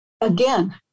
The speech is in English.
again